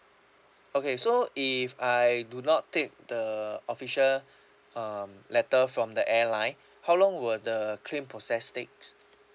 okay so if I do not take the official um letter from the airline how long will the claim process takes